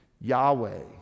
Yahweh